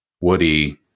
Woody